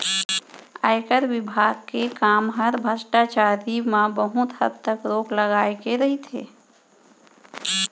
आयकर विभाग के काम हर भस्टाचारी म बहुत हद तक रोक लगाए के रइथे